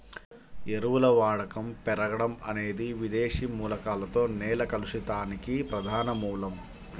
ఎరువుల వాడకం పెరగడం అనేది విదేశీ మూలకాలతో నేల కలుషితానికి ప్రధాన మూలం